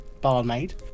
barmaid